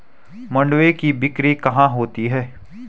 मंडुआ की बिक्री कहाँ होती है?